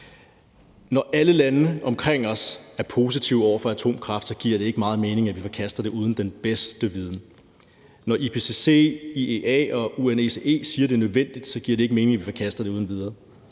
Når alle lande omkring os er positive over for atomkraft, giver det ikke meget mening, at vi forkaster det uden at have den bedste viden. Når IPCC, IEA og UNECE siger, at det er nødvendigt, så giver det ikke mening, at vi forkaster det uden videre.